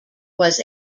was